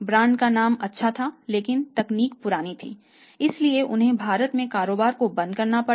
brand का नाम अच्छा था लेकिन तकनीक पुरानी थी इसलिए उन्हें भारत में कारोबार को बंद करना पड़ा